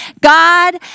God